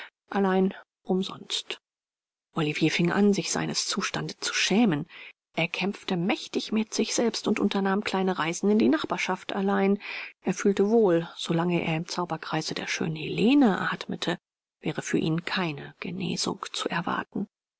allein umsonst olivier fing an sich seines zustande zu schämen er kämpfte mächtig mit sich selbst und unternahm kleine reisen in die nachbarschaft allein er fühlte wohl so lange er im zauberkreise der schönen helene atmete wäre für ihn keine genesung zu erwarten